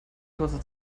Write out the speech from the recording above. kurze